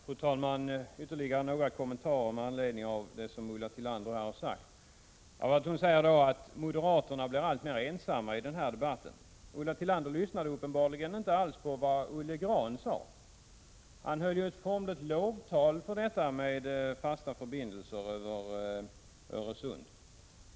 Fru talman! Jag vill komma med ytterligare några kommentarer med anledning av det som Ulla Tillander här har sagt. Hon säger bl.a. att moderaterna blir alltmer ensamma i denna debatt. Ulla Tillander lyssnade uppenbarligen inte alls till vad Olle Grahn sade. Han höll ett formligt lovtal till fasta förbindelser över Öresund.